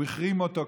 הוא החרים אותו,